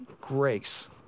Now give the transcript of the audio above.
grace